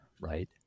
right